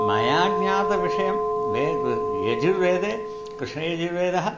मया ज्ञातविषयं यजुर्वेदे कृष्णयजुर्वेदः